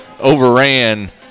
overran